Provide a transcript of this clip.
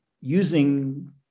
using